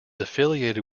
affiliated